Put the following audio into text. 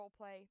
roleplay